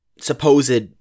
supposed